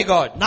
God